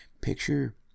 picture